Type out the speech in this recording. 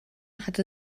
hatte